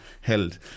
held